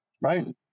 right